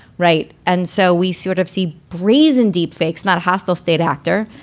right. and so we sort of see brazen, deep fakes, not a hostile state actor.